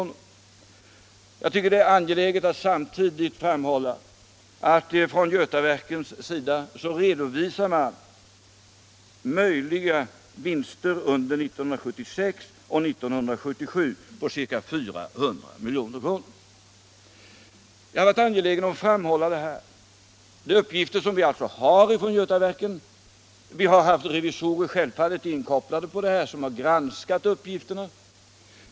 Jag tycker det är angeläget att samtidigt framhålla att från Götaverkens sida redovisar man möjliga vinster under 1976 och 1977 på ca 400 milj.kr. Jag har varit angelägen att framhålla detta. Det är uppgifter som vi alltså har från Götaverken. Vi har självfallet haft revisorer inkopplade som granskat uppgifterna.